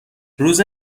روز